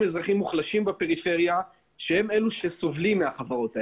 אזרחים מוחלשים בפריפריה שהם אלו שסובלים מפעילות החברות הללו.